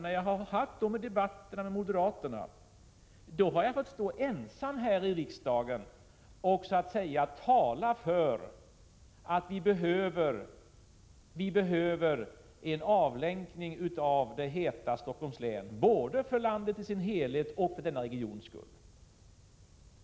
När jag har haft dessa debatter med moderaterna har jag nämligen fått stå ensam här i riksdagen och tala för att vi behöver en avlänkning av det heta Stockholms län både för landet i sin helhet och för denna regions skull.